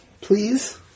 Please